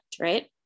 Right